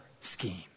scheme